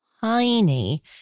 tiny